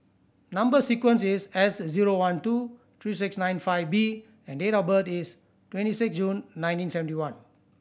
number sequence is S zero one two three six nine five B and date of birth is twenty six June nineteen seventy one